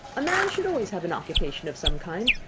a man should always have an occupation of some kind.